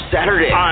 Saturday